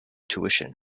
tuition